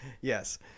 Yes